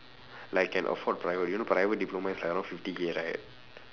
like can afford private you know private diploma is like around fifty K right